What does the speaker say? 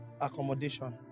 accommodation